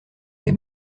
les